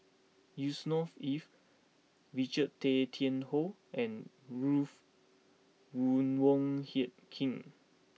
Yusnor Ef Richard Tay Tian Hoe and Ruth Wong Wang Hie King